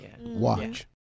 Watch